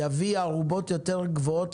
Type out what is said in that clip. הדבר הזה יביא ערובות יותר גבוהות